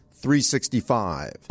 365